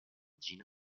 gene